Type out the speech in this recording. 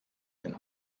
den